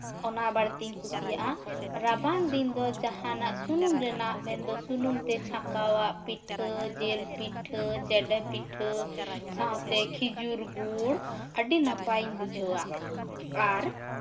ᱚᱱᱟ ᱵᱟᱹᱲᱛᱤᱧ ᱠᱩᱥᱤᱭᱟᱜᱼᱟ ᱨᱟᱵᱟᱝ ᱫᱤᱱ ᱫᱚ ᱡᱟᱦᱟᱱᱟᱜ ᱥᱩᱱᱩᱢ ᱨᱮᱱᱟᱜ ᱢᱮᱱᱫᱚ ᱥᱩᱱᱩᱢ ᱛᱮ ᱪᱷᱟᱠᱟᱣᱟᱜ ᱯᱤᱴᱷᱟᱹ ᱢᱮᱱᱫᱚ ᱡᱤᱞ ᱯᱤᱴᱷᱟᱹ ᱪᱮᱰᱮ ᱯᱤᱴᱷᱟᱹ ᱥᱟᱶᱛᱮ ᱠᱷᱮᱡᱩᱨᱜᱩᱲ ᱟᱹᱰᱤ ᱱᱟᱯᱟᱭᱤᱧ ᱵᱩᱡᱷᱟᱹᱣᱟ ᱟᱨ